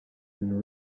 than